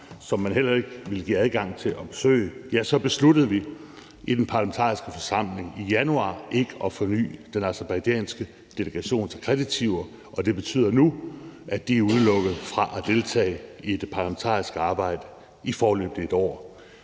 som man heller ikke vil give adgang til at besøge, så besluttede vi i den parlamentariske forsamling i januar ikke at forny den aserbajdsjanske delegations akkreditiver, og det betyder nu, at de er udelukket fra at deltage i det parlamentariske arbejde i foreløbig et år.